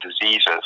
diseases